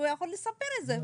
הוא יכול לספר את זה.